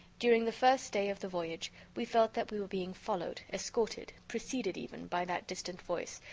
during the first day of the voyage, we felt that we were being followed, escorted, preceded even, by that distant voice,